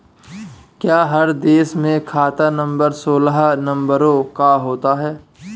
क्या हर देश में खाता नंबर सोलह नंबरों का होता है?